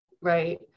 right